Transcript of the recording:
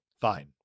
Fine